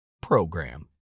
program